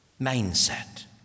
mindset